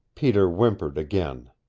peter whimpered again.